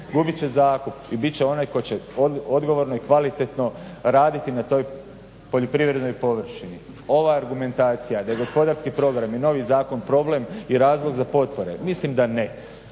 gubit će zakup i bit će onaj tko će odgovorno i kvalitetno raditi na toj poljoprivrednoj površini. Ova argumentacija da je gospodarski program i novi zakon problem i razlog za potpore. Mislim da ne.